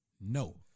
No